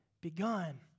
begun